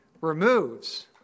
removes